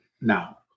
now